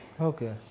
Okay